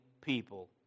people